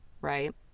right